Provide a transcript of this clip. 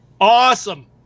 Awesome